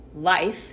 life